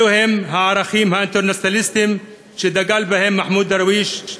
אלו הם הערכים האינטרנציונליסטיים שדגל בהם מחמוד דרוויש,